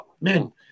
Man